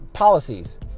Policies